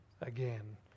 again